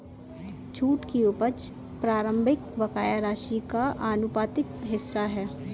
छूट की उपज प्रारंभिक बकाया राशि का आनुपातिक हिस्सा है